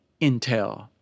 Intel